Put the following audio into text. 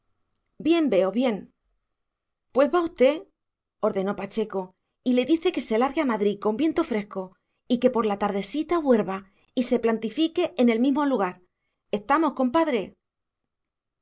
bien veo bien pues va usted ordenó pachecho y le dice que se largue a madrí con viento fresco y que por la tardesita vuerva y se plantifique en el mismo lugar estamos compadre